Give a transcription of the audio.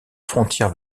frontière